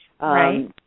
Right